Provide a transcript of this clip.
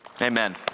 Amen